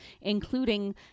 including